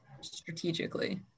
strategically